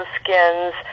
skins